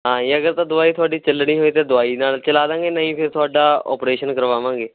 ਹਾਂਜੀ ਅਗਰ ਤਾਂ ਦਵਾਈ ਤੁਹਾਡੀ ਚੱਲਣੀ ਹੋਈ ਤਾਂ ਦਵਾਈ ਨਾਲ ਚਲਾ ਦਾਂਗੇ ਨਹੀਂ ਫਿਰ ਤੁਹਾਡਾ ਓਪਰੇਸ਼ਨ ਕਰਵਾਵਾਂਗੇ